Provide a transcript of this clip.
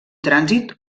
trànsit